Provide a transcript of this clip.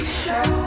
show